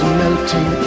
melting